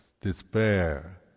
Despair